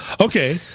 Okay